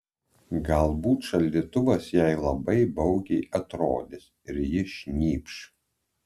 galbūt šaldytuvas jai labai baugiai atrodys ir ji šnypš